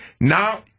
Now